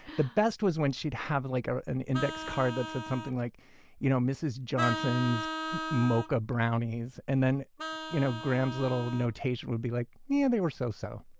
the best was when she'd have and like ah an index card that said something like you know mrs. johnson's mocha brownies and then you know gram's little notation would be like, yeah they were so-so.